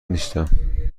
نیستم